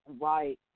right